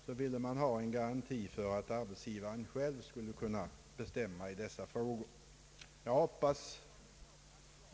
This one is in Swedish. Man ville därför ha säkerhet för att arbetsgivaren själv skulle kunna bestämma i dessa frågor i fall då överenskommelse icke kunde träffas.